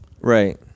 Right